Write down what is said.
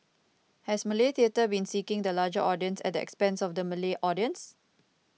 has Malay theatre been seeking the larger audience at the expense of the Malay audience